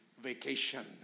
vacation